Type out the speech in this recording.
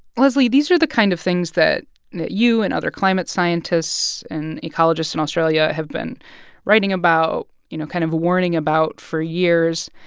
lesley, these are the kind of things that you and other climate scientists and ecologists in australia have been writing about, you know, kind of warning about for years.